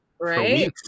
Right